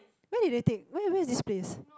where did you take where where is this place